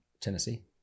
Tennessee